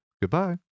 Goodbye